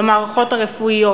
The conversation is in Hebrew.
במערכות הרפואיות,